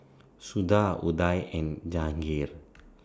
Suda Udai and Jahangir